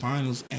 Finals